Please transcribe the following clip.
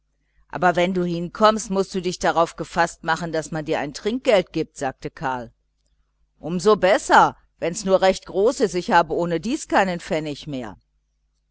aber wenn du hinkommst mußt du dich darauf gefaßt machen daß man dir ein trinkgeld gibt sagte karl um so besser wenn's nur recht groß ist ich habe ohnedies keinen pfennig mehr